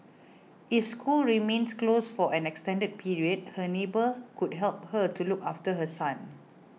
if schools remains closed for an extended period her neighbour could help her to look after her son